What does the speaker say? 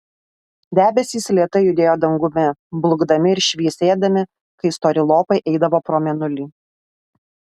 debesys lėtai judėjo dangumi blukdami ir šviesėdami kai stori lopai eidavo pro mėnulį